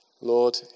Lord